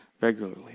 regularly